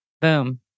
Boom